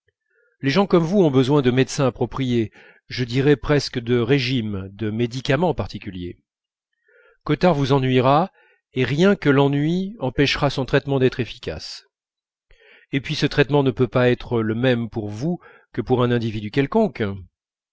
les gens comme vous ont besoin de médecins appropriés je dirais presque de régimes de médicaments particuliers cottard vous ennuiera et rien que l'ennui empêchera son traitement d'être efficace et puis ce traitement ne peut pas être le même pour vous que pour un individu quelconque